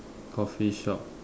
Coffee shop